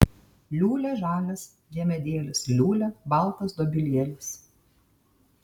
liūlia žalias diemedėlis liūlia baltas dobilėlis